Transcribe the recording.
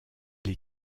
les